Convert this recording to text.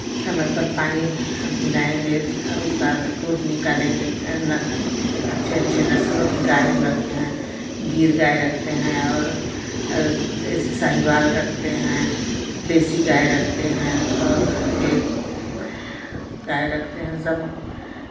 समय पर पानी पिलाएंगे उसका दूध निकालेंगे अच्छे अच्छे नस्लों की गाय हम रखते हैं गीर गाय रखते हैं और देशी साहिवाल रखते हैं देशी गाय रखते हैं और ये गाय रखते हैं सब हम